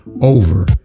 over